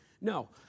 No